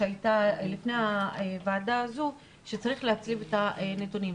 לפני הוועדה הזו, וצריך להצליב את הנתונים.